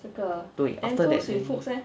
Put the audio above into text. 对 after that then